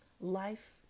Life